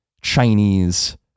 chinese